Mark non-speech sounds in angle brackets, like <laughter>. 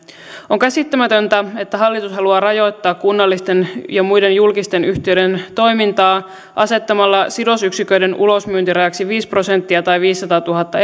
on käsittämätöntä että hallitus haluaa rajoittaa kunnallisten ja muiden julkisten yhtiöiden toimintaa asettamalla sidosyksiköiden ulosmyyntirajaksi viisi prosenttia tai viisisataatuhatta <unintelligible>